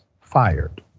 fired